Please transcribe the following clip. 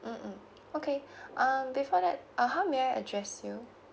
mm um okay um before that uh how may I address you